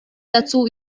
dazu